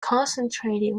concentrated